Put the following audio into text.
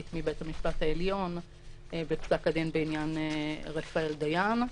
מבית המשפט העליון בפסק הדין בעניין רפאל דיין,